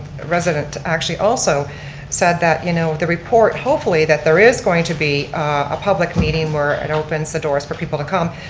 resident actually also said that you know the report, hopefully that there is going to be a public meeting where it opens the doors for people to come.